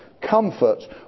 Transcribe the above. comfort